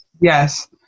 yes